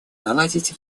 наладить